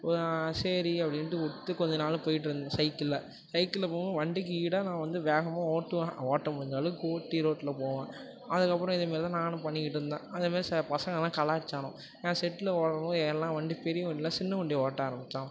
சரி அப்படின்ட்டு விட்டுட்டு கொஞ்சம் நாள் போய்கிட்ருந்தேன் சைக்கிளில் சைக்கிளில் போகும்போது வண்டிக்கு ஈடாக நான் வந்து வேகமாக ஓட்டுவேன் ஓட்ட முடிஞ்ச அளவுக்கு ஓட்டி ரோடில் போவேன் அதுக்கப்புறம் இதே மாரி தான் நானும் பண்ணிக்கிட்ருந்தேன் அதே மாரி ச பசங்களாம் கலாய்ச்சானோ என் செட்டில் எல்லா வண்டி பெரிய வண்டியெலாம் சின்ன வண்டியிய ஓட்ட ஆரம்பித்தான்